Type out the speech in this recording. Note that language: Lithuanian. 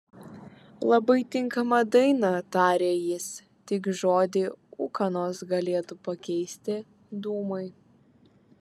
labai tinkama daina tarė jis tik žodį ūkanos galėtų pakeisti dūmai